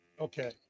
Okay